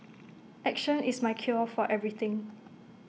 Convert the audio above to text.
action is my cure for everything